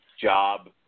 job